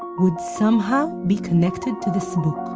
would somehow be connected to this book